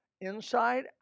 Inside